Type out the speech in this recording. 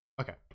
okay